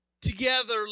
together